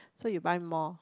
so you buy more